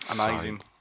amazing